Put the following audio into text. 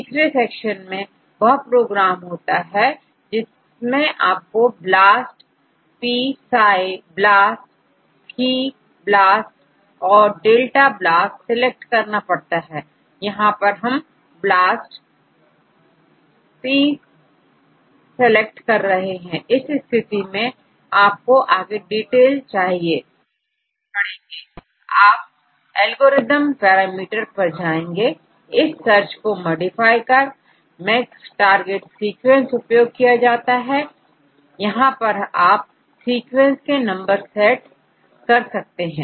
तीसरे सेक्शन में वह प्रोग्राम होता है जिसमें आपकोBLAST p psi BLAST phi BLAST or delta BLAST select करना पड़ता है यहां पर हमBLAST P सिलेक्ट करेंगे इस स्थिति में आपको आगे डिटेल चाहिए पड़ेंगे आप एल्गोरिदम पैरामीटर पर जाएंगे इस सर्च को मॉडिफाई कर मैक्स टारगेट सीक्वेंस उपयोग किया जाता है यहां पर आप सीक्वेंस के नंबर सेट कर सकते हैं